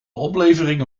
oplevering